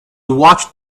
watched